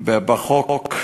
בחוק,